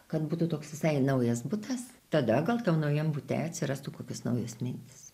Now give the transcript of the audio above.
kad būtų toks visai naujas butas tada gal tam naujam bute atsirastų kokios naujos mintys